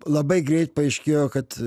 labai greit paaiškėjo kad